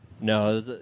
No